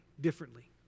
differently